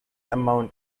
amount